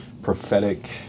prophetic